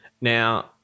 Now